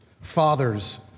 fathers